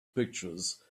pictures